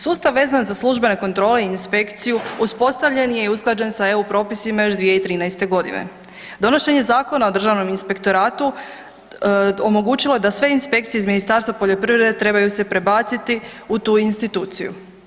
Sustav vezan za službene kontrole i inspekciju uspostavljen je i usklađen sa EU propisima još 2013.g. Donošenje Zakona o državnom inspektoratu omogućilo je da sve inspekcije iz Ministarstva poljoprivrede trebaju se prebaciti u tu instituciju.